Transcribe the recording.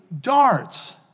darts